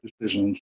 decisions